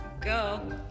go